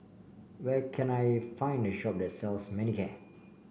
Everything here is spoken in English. where can I find a shop that sells Manicare